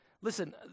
listen